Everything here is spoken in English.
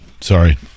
Sorry